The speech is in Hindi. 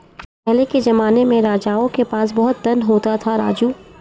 पहले के जमाने में राजाओं के पास बहुत धन होता था, राजू